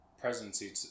presidency